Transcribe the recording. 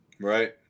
Right